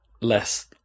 less